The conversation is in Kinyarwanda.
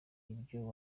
ibyo